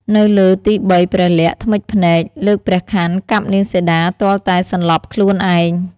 នៅលើទីបីព្រះលក្សណ៍ធ្មេចភ្នែក លើកព្រះខ័នកាប់នាងសីតាទាល់តែសន្លប់ខ្លួនឯង។